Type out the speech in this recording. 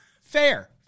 fair